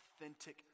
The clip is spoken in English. authentic